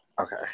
Okay